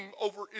over